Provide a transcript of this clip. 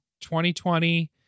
2020